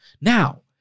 Now